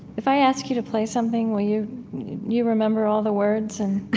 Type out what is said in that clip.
if i asked you to play something, will you you remember all the words? and